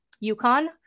Yukon